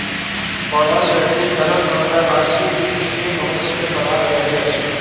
बढ़ल वैश्वीकरण अंतर्राष्ट्रीय वित्त के महत्व के बढ़ा देहलेस